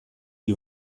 die